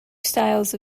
styles